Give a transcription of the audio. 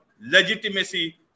legitimacy